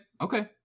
okay